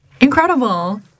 Incredible